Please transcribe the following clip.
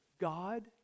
God